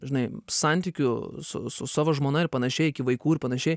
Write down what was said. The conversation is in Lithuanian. žinai santykių su su su savo žmona ir panašiai iki vaikų ir panašiai